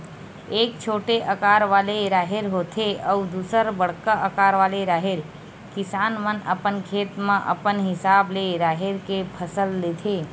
एक छोटे अकार वाले राहेर होथे अउ दूसर बड़का अकार वाले राहेर, किसान मन अपन खेत म अपन हिसाब ले राहेर के फसल लेथे